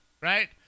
Right